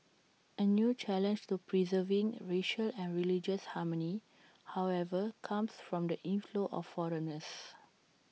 A new challenge to preserving racial and religious harmony however comes from the inflow of foreigners